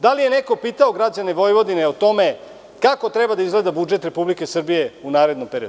Da li je neko pitao građane Vojvodine o tome kako treba da izgleda budžet Republike Srbije u narednom periodu?